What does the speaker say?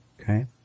Okay